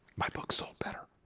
my books all better